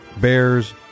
Bears